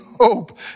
hope